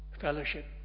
fellowship